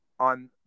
on